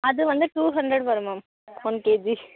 அது வந்து two hundred வரும் மேம் ஒன் கேஜி